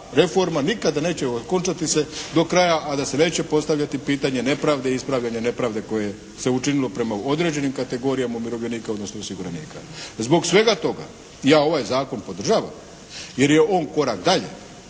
reforma nikada neće okončati se do kraja, a da se neće postavljati pitanje nepravde i ispravljanje nepravde koje se učinilo prema određenim kategorijama umirovljenika, odnosno osiguranika. Zbog svega toga, ja ovaj Zakon podržavam jer je on korak dalje,